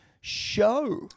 show